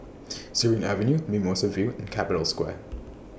Surin Avenue Mimosa View and Capital Square